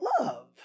love